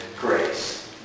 grace